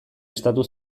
estatu